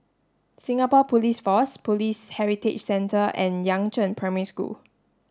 Singapore Police Force Police Heritage Centre and Yangzheng Primary School